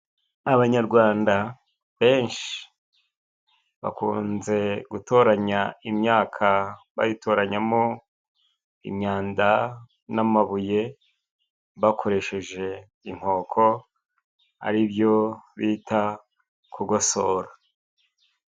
Abanyarwanda benshi, bakunze gutoranya imyaka bayitoranyamo imyanda, n'amabuye bakoresheje inkoko aribyo bita kugosora.